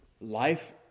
Life